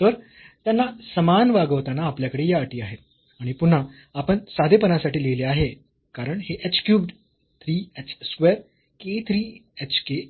तर त्यांना समान वागवताना आपल्याकडे या अटी आहेत आणि पुन्हा आपण साधेपणासाठी लिहले आहे कारण हे h cubed 3 h square k 3 h k